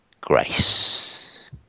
grace